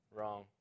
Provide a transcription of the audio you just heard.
wrong